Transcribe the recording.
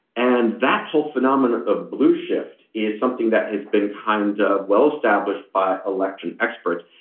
and that whole phenomenon of blue shift is something that has been kind of well established by election experts.